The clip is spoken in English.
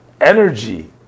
energy